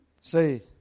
Say